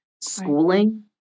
schooling